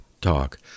talk